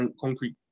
concrete